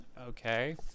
okay